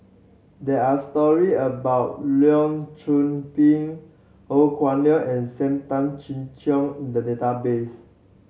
there are story about Leong Pin Ho Kah Leong and Sam Tan Chin Siong in the database